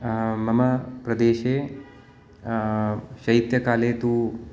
मम प्रदेशे शैत्यकाले तु